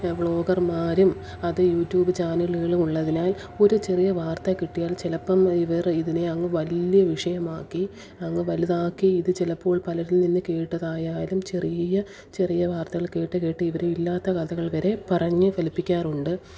വ്ലോഗർമാരും അത് യൂട്യൂബ് ചാനലുകളും ഉള്ളതിനാൽ ഒരു ചെറിയ വാർത്ത കിട്ടിയാൽ ചിലപ്പം ഇവർ ഇതിനെ അങ്ങ് വലിയ വിഷയമാക്കി അങ്ങ് വലുതാക്കി ഇതു ചിലപ്പോൾ പലരിൽ നിന്നു കേട്ടതായാലും ചെറിയ ചെറിയ വാർത്തകൾ കേട്ട് കേട്ട് ഇവർ ഇല്ലാത്ത കഥകൾ വരെ പറഞ്ഞ് ഫലിപ്പിക്കാറുണ്ട്